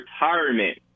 retirement